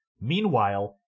meanwhile